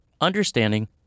understanding